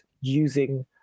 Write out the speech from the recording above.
using